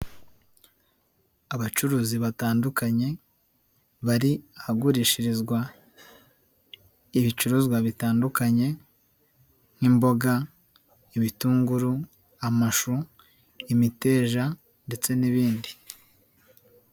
Abacuruzi batandukanye bari ahagurishirizwa ibicuruzwa bitandukanye nk'imboga, ibitunguru, amashu, imiteja ndetse n'ibindi.